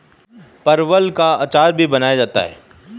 परवल का अचार भी बनाया जाता है